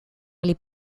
les